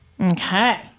Okay